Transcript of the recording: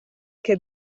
che